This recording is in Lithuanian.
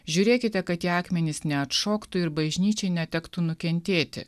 žiūrėkite kad tie akmenys neatšoktų ir bažnyčiai netektų nukentėti